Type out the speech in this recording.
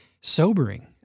sobering